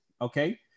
okay